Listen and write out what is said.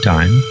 Time